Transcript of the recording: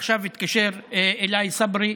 עכשיו התקשר אליי סברי,